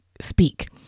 speak